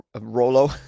Rolo, –